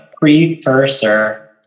precursor